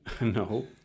No